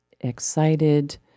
excited